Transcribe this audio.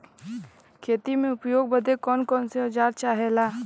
खेती में उपयोग बदे कौन कौन औजार चाहेला?